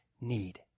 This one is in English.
need